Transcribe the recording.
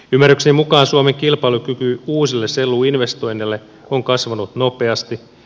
ymmärrykseni mukaan suomen kilpailukyky uusille selluinvestoinneille on kasvanut nopeasti